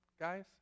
guys